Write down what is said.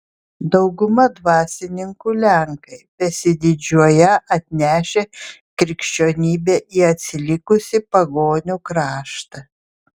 dauguma dvasininkų lenkai besididžiuoją atnešę krikščionybę į atsilikusį pagonių kraštą